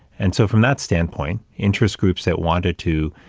and so, from that standpoint, interest groups that wanted to,